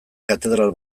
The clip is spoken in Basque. katedral